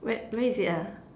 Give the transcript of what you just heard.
where where is it ah